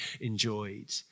enjoyed